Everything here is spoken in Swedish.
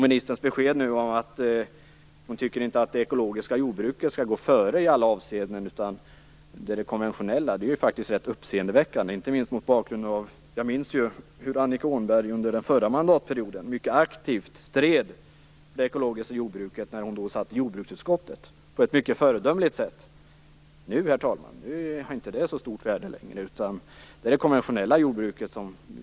Ministerns besked om att hon inte tycker att det ekologiska jordbruket skall gå före i alla avseenden utan att det konventionella skall göra det är faktiskt ganska uppseendeväckande. Jag minns ju hur Annika Åhnberg under den förra mandatperioden mycket aktivt stred för det ekologiska jordbruket på ett mycket föredömligt sätt när hon då satt i jordbruksutskottet. Nu har inte det så stort värde längre, herr talman. Nu skall vi titta på det konventionella jordbruket.